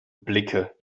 blicke